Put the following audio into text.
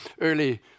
early